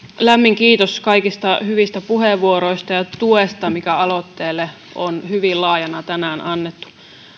lämmin kiitos kaikista hyvistä puheenvuoroista ja tuesta mikä aloitteelle on hyvin laajana tänään annettu